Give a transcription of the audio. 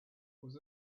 was